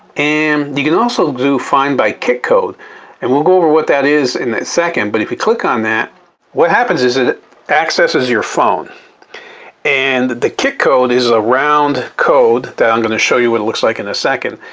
and you can also do find by kik code and we'll go over what that is in a second, but if you click on that what happens is it accesses your phone and the kik code is a round code that i'm going to show you what it looks like in a second,